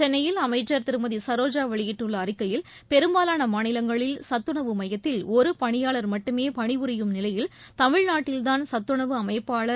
சென்னையில் அமைச்சர் திருமதி சரோஜா வெளியிட்டுள்ள அறிக்கையில் பெரும்பாலான மாநிலங்களில் சத்துணவு மையத்தில் ஒரு பணியாளர் மட்டுமே பணி புரியும் நிலையில் தமிழ்நாட்டில்தான் சத்துணவு அமைப்பாளர்